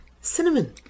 Cinnamon